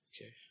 Okay